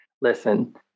Listen